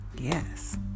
Yes